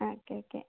okay okay